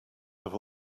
have